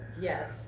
Yes